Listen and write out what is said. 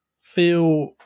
Feel